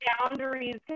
boundaries